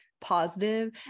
positive